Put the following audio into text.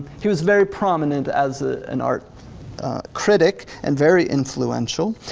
he was very prominent as ah an art critic and very influential.